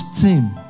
team